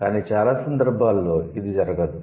కానీ చాలా సందర్భాల్లో ఇది జరగదు